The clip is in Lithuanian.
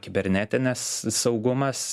kibernetinis saugumas